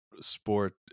sport